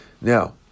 Now